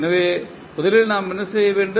எனவே முதலில் நாம் என்ன செய்வோம்